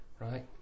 Right